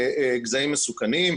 גזעים מסוכנים,